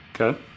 Okay